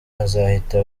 azahita